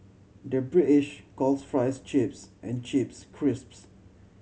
the British calls fries chips and chips crisps